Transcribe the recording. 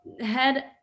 head